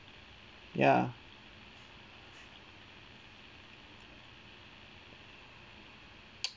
ya